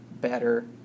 better